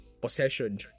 possession